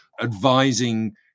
advising